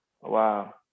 Wow